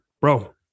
bro